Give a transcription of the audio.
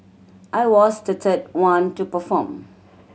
I was the third one to perform